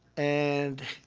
and,